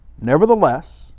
Nevertheless